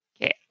Okay